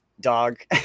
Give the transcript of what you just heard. dog